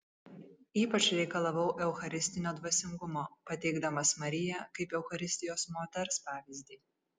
ypač reikalavau eucharistinio dvasingumo pateikdamas mariją kaip eucharistijos moters pavyzdį